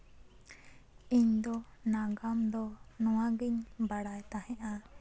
ᱤᱧ ᱫᱚ ᱱᱟᱜᱟᱢ ᱫᱚ ᱱᱚᱣᱟ ᱜᱤᱧ ᱵᱟᱲᱟᱭ ᱛᱟᱦᱮᱸᱜᱼᱟ